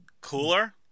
Cooler